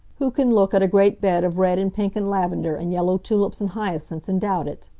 who can look at a great bed of red and pink and lavender and yellow tulips and hyacinths, and doubt it?